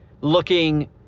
looking